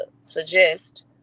suggest